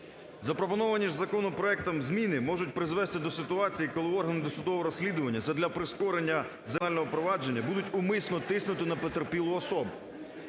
Запропоновані ж законопроектом зміни можуть призвести до ситуації, коли органи досудового розслідування задля прискорення завершення кримінального провадження будуть умисно тиснути на потерпілу особу.